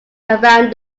around